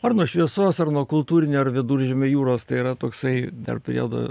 ar nuo šviesos ar nuo kultūrinio ar viduržemio jūros tai yra toksai dar prideda